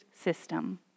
system